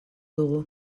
dugu